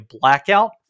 blackout